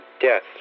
death